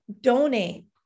donate